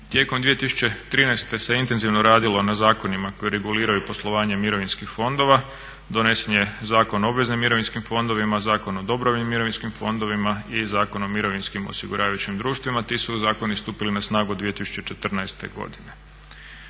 članova. 2013.se intenzivno radilo na zakonima koji reguliraju poslovanje mirovinskih fondova, donesen je Zakon o obveznim mirovinskim fondovima, Zakon o dobrovoljnim mirovinskim fondovima i Zakon o mirovinskim osiguravajućim društvima. Ti su zakoni stupili na snagu 2014.godine.